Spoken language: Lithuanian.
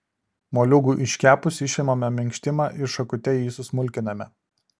moliūgui iškepus išimame minkštimą ir šakute jį susmulkiname